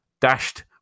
dashed